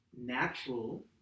Natural